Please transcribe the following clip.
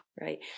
Right